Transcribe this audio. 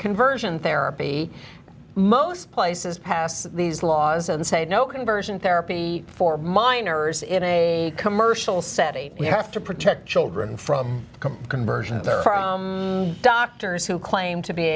conversion therapy most places pass these laws and say no conversion therapy for minors in a commercial setting we have to protect children from conversion there are doctors who claim to be